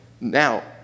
Now